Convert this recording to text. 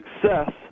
success